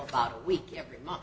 about a week every month